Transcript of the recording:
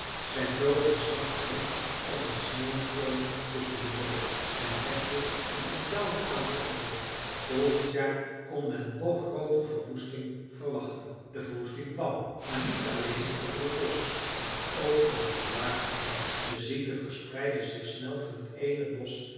zij vlogen s nachts rond als een sneeuwstorm tusschen de boomen en legden een ontelbaar aantal eieren het volgend jaar kon men nog grooter verwoesting verwachten de verwoesting kwam maar niet alleen over het bosch maar ook over de larven zelf de ziekte verspreidde zich snel van t eene bosch